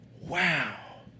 Wow